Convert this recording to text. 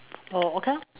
oh okay lor